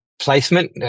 placement